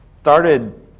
started